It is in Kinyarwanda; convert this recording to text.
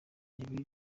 ibi